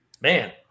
man